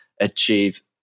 achieve